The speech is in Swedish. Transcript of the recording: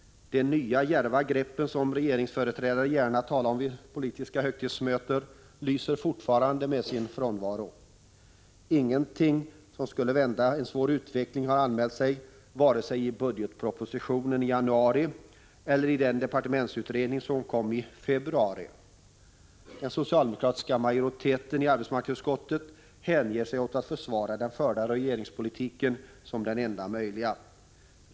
De nya djärva grepp som regeringsföreträdare gärna talar om vid politiska högtidsmöten lyser fortfarande med sin frånvaro. Ingenting av det som skulle vända en svår utveckling har anmälts, vare sig i budgetpropositionen som lades fram i januari eller i den departementsutredning som kom i februari. Den socialdemokratiska majoriteten i arbetsmarknadsutskottet hänger sig åt att försvara den förda regeringspolitiken som den enda möjliga.